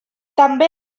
també